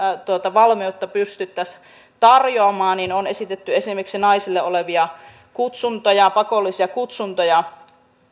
valmiutta pystyttäisiin tarjoamaan esimerkiksi naisille olevia pakollisia kutsuntoja